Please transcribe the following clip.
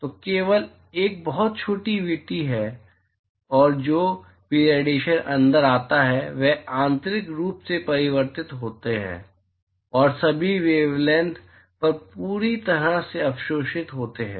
तो केवल एक बहुत छोटी विटी है और जो भी रेडिएशन अंदर आता है वे आंतरिक रूप से परावर्तित होते हैं और सभी वेवलैंथ पर पूरी तरह से अवशोषित होते हैं